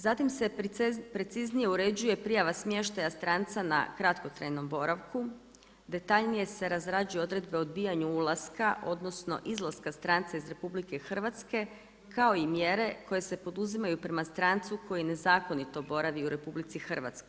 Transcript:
Zatim se preciznije uređuje prijava smještaja stranca na kratkotrajnom boravku, detaljnije se razrađuje odredbe o odbijanju ulaska, odnosno izlaska stranca iz RH kao i mjere koje se poduzimaju prema strancu koji nezakonito boravi u RH.